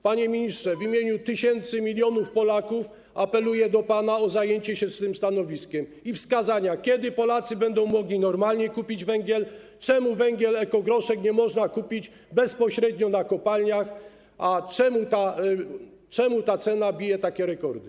Panie ministrze, w imieniu tysięcy, milionów Polaków apeluję do pana o zajęcie się tym problemem i wskazanie, kiedy Polacy będą mogli normalnie kupić węgiel, czemu węgla, ekogroszku nie można kupić bezpośrednio na kopalniach i czemu ta cena bije takie rekordy.